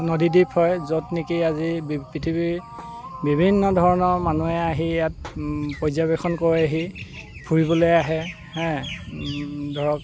নদীদ্বিপ হয় য'ত নেকি আজি বি পৃথিৱী বিভিন্ন ধৰণৰ মানুহে আহি ইয়াত পৰ্যবেক্ষণ কৰেহি ফুৰিবলৈ আহে হা ধৰক